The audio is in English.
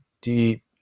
deep